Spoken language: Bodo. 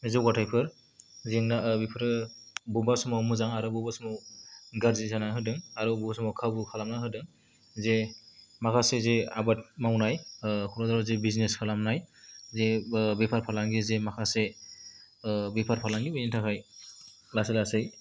जौगाथायफोर जेंना बेफोरो बबेबा समाव मोजां आरो बबेबा समाव गाज्रि जाना होदों आरो बबेबा समाव खाबु खालामना होदों जे माखासे जे आबाद मावनाय कक्राझाराव जे बिजिनेस खालामनाय जे बेफार फालांगि जे माखासे बेफार फालांगि बेनि थाखाय लासै लासै